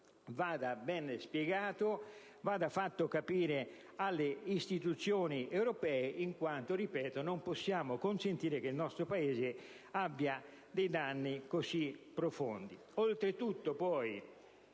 vada ben spiegato e fatto capire alle istituzioni europee in quanto - ripeto - non possiamo consentire che il nostro Paese abbia danni così profondi.